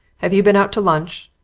have you been out to lunch?